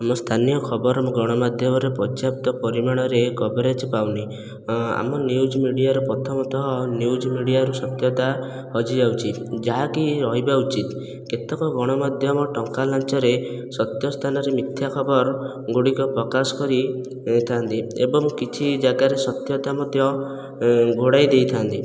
ଆମ ସ୍ଥାନୀୟ ଖବର ଗଣମାଧ୍ୟମରେ ପର୍ଯ୍ୟାପ୍ତ ପରିମାଣରେ କଭରେଜ ପାଉନି ଆମ ନ୍ୟୂଜ୍ ମିଡ଼ିଆରେ ପ୍ରଥମତଃ ନ୍ୟୂଜ୍ ମିଡ଼ିଆରୁ ସତ୍ୟତା ହଜି ଯାଉଛି ଯାହାକି ରହିବା ଉଚିତ କେତେକ ଗଣ ମାଧ୍ୟମ ଟଙ୍କା ଲାଞ୍ଚରେ ସତ୍ୟ ସ୍ଥାନରେ ମିଥ୍ୟା ଖବର ଗୁଡ଼ିକ ପ୍ରକାଶ କରି ରହିଥାନ୍ତି ଏବଂ କିଛି ଜାଗାର ସତ୍ୟତା ମଧ୍ୟ ଘୋଡ଼ାଇ ଦେଇଥାନ୍ତି